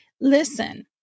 Listen